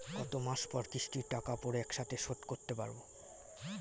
কত মাস পর কিস্তির টাকা পড়ে একসাথে শোধ করতে পারবো?